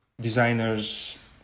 designers